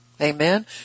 Amen